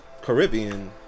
Caribbean